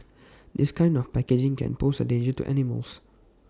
this kind of packaging can pose A danger to animals